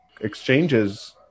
exchanges